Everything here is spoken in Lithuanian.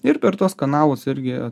ir per tuos kanalus irgi